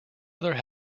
other